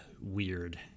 weird